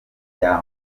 rya